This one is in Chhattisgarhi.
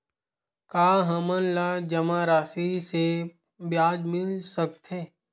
का हमन ला जमा राशि से ब्याज मिल सकथे?